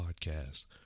Podcast